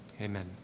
Amen